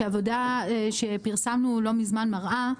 שעבודה שפרסמנו לא מזמן מראה,